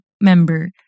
member